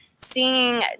seeing